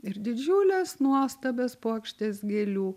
ir didžiules nuostabias puokštes gėlių